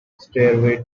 stairway